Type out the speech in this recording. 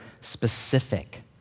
specific